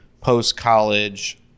post-college